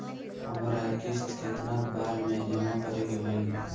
हमरा किस्त केतना बार में जमा करे के होई?